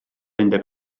undeb